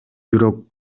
бирок